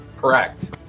Correct